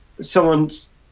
someone's